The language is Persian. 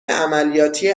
عملیاتی